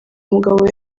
mugabo